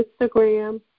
Instagram